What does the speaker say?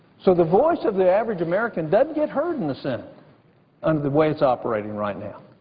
so the voice of the average american doesn't get heard in the senate under the way it's operating right now.